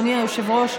אדוני היושב-ראש,